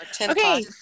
Okay